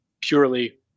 purely